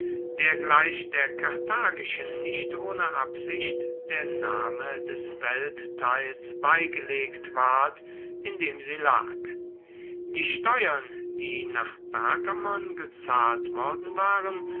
der gleich der karthagischen nicht ohne absicht der name des weltteils beigelegt ward in dem sie lag die steuern die nach pergamon gezahlt worden waren